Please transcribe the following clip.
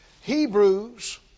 Hebrews